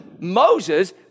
Moses